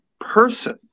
person